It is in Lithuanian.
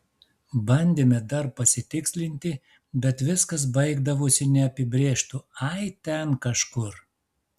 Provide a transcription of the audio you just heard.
bandėme dar pasitikslinti bet viskas baigdavosi neapibrėžtu ai ten kažkur